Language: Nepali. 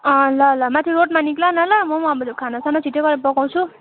अँ ल ल माथि रोडमा निस्क न ल मोम् अब खानासाना छिटो गरेर पकाउँछु